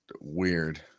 weird